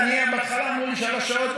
בהתחלה אמרו לי שלוש שעות,